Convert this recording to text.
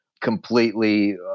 completely